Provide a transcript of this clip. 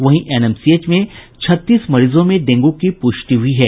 वहीं एनएमसीएच में छत्तीस मरीजों में डेंगू की प्रष्टि हुई है